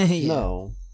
no